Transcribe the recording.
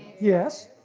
yes,